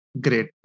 Great